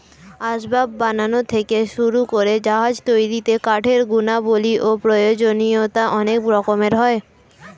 আসবাব বানানো থেকে শুরু করে জাহাজ তৈরিতে কাঠের গুণাবলী ও প্রয়োজনীয়তা অনেক রকমের হয়